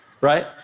Right